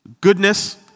goodness